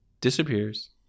Disappears